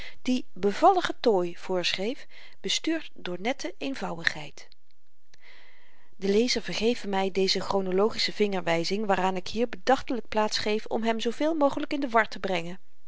die bevallige tooy voorschreef bestuurd door nette eenvouwigheid de lezer vergeve my deze chronologische vingerwyzing waaraan ik hier bedachtelyk plaats geef om hem zooveel mogelyk in de war te brengen